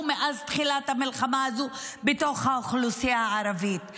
מאז תחילת המלחמה הזאת בתוך האוכלוסייה הערבית.